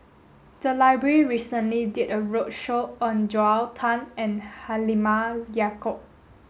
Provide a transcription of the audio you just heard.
the library recently did a roadshow on Joel Tan and Halimah Yacob